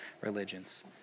religions